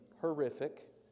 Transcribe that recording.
Horrific